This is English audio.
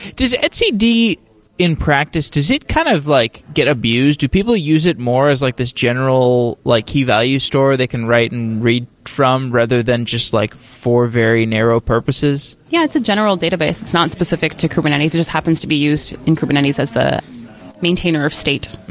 does etcd in practice, does it kind of like get abused? do people use it more as like this general like key value store they can write and read from, rather than just like for very narrow purposes? yeah, it's a general database. it's not specific to kubernetes. it just happens to be used in kubernetes as the maintainer of state